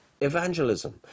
evangelism